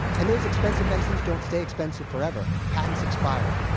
and those expensive medicines don't stay expensive forever. patents expire,